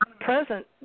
present